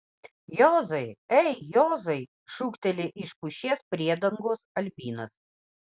juozai ei juozai šūkteli iš pušies priedangos albinas